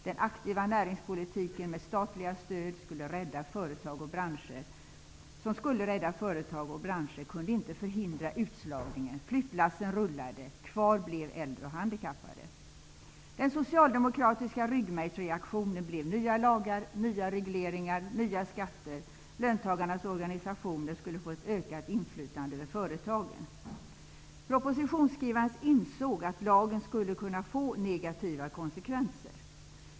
Den aktiva näringspolitik som med statliga stöd skulle rädda företag och branscher, kunde inte förhindra utslagningen. Flyttlassen rullade. Den socialdemokratiska ryggmärgsreaktionen blev nya lagar, nya regleringar, nya skatter. Löntagarnas organisationer skulle få ett ökat inflytande över företagen. Propositionsskrivaren insåg att lagen skulle kunna få negativa konsekvenser.